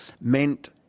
meant